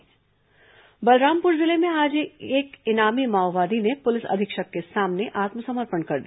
माओवादी समाचार बलरामपुर जिले में आज एक इनामी माओवादी ने पुलिस अधीक्षक के सामने आत्मसमर्पण कर दिया